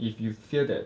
if you fear that